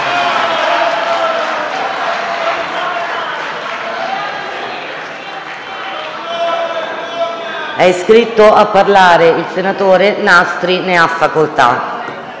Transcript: È iscritto a parlare il senatore Nastri. Ne ha facoltà.